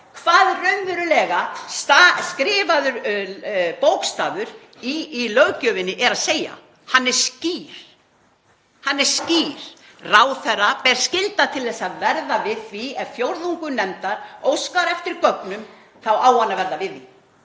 hvað raunverulega stendur skrifað í löggjöfinni. Lagabókstafurinn er skýr. Hann er skýr; ráðherra ber skylda til þess að verða við því ef fjórðungur nefndar óskar eftir gögnum, þá á hann að verða við því.